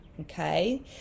okay